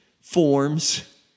forms